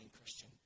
Christian